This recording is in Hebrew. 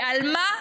ועל מה?